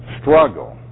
struggle